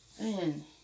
man